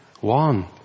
one